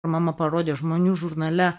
mama parodė žmonių žurnale